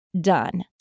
done